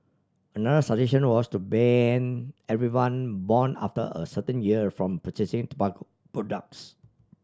another suggestion was to ban everyone born after a certain year from purchasing tobacco products